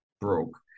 broke